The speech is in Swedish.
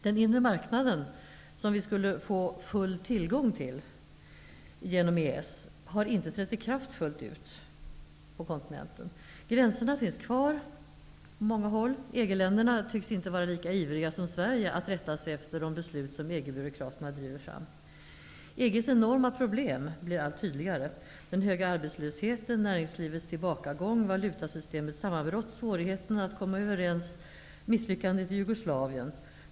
Den inre marknaden som vi skulle få ''full tillgång till'' genom EES har inte trätt i kraft fullt ut på kontinenten. Gränserna finns kvar på många håll. EG-länderna tycks inte vara lika ivriga som Sverige att rätta sig efter de beslut EG-byråkraterna driver fram. EG:s enorma problem blir allt tydligare: den höga arbetslösheten, näringslivets tillbakagång, valutasystemets sammanbrott, svårigheterna att komma överens och misslyckandet i Jugoslavien.